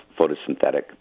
photosynthetic